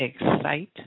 excite